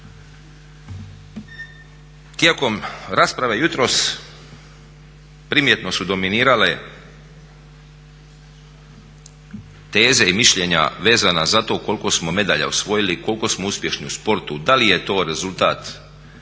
Tijekom rasprava jutros primjetno su dominirale teze i mišljenja vezana za to koliko smo medalja osvojili, koliko smo uspješni u sportu. Da li je to rezultat